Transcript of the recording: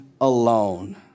alone